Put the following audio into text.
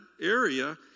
area